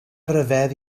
ryfedd